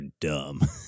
dumb